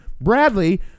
Bradley